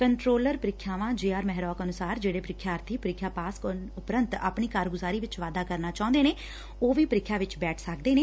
controller ਪ੍ਰੀਖਿਆਵਾਂ J R Mehrok ਅਨੁਸਾਰ ਜਿਹੜੇ ਪ੍ਰੀਖਿਆਰਥੀ ਪ੍ਰੀਖਿਆ ਪਾਸ ਕਰਨ ਉਪਰੰਤ ਆਪਣੀ ਕਾਰਗੁਜਾਰੀ ਵਿਚ ਵਾਧਾ ਕਰਨਾ ਚਾਹੁੰਦੇ ਨੇ ਉਹ ਵੀ ਪ੍ਰੀਖਿਆ ਚ ਬੈਠ ਸਕਦੇ ਨੇ